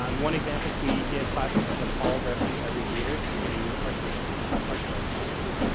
um one example is we give five percent of all revenue every year to arts organizations, arts nonprofits.